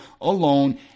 alone